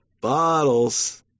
Bottles